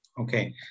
Okay